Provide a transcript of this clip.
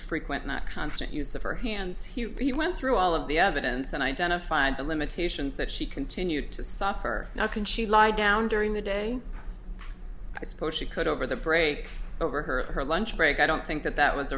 frequent not constant use of her hands he went through all of the evidence and identified the limitations that she continued to suffer now can she lie down during the day i suppose she could over the break over her or her lunch break i don't think that that was